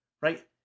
right